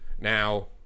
now